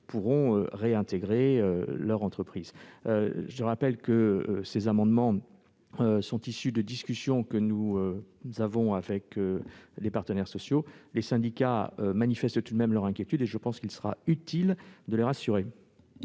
pourront réintégrer leur entreprise. Je rappelle que ces amendements sont issus de discussions que nous avons eues avec les partenaires sociaux. Les syndicats manifestent tout de même leur inquiétude, et je pense qu'il sera utile de les rassurer.